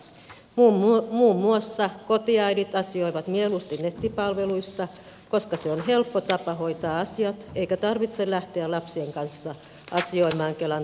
muun muassa kotiäidit asioivat mieluusti nettipalveluissa koska se on helppo tapa hoitaa asiat eikä tarvitse lähteä lapsien kanssa asioimaan kelan toimipisteeseen